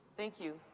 thank you.